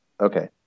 Okay